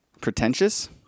Pretentious